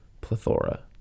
Plethora